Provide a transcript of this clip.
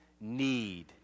need